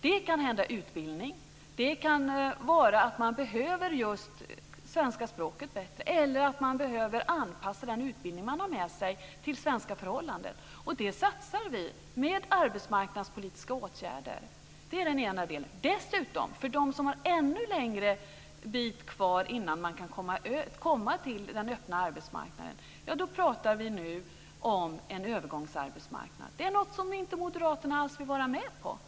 Det kan vara fråga om utbildning. Det kan vara att man behöver just svenska språket bättre eller att man behöver anpassa den utbildning som man har med sig till svenska förhållanden. Det satsar vi på med arbetsmarknadspolitiska åtgärder. Det är den ena delen. Dessutom: För dem som har ännu längre väg kvar innan de kan komma till den öppna arbetsmarknaden pratar vi nu om en övergångsarbetsmarknad. Det är något som inte Moderaterna alls vill vara med på.